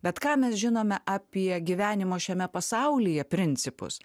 bet ką mes žinome apie gyvenimo šiame pasaulyje principus